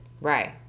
Right